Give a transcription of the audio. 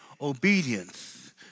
obedience